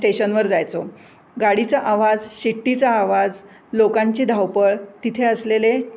स्टेशनवर जायचो गाडीचा आवाज शिट्टीचा आवाज लोकांची धावपळ तिथे असलेले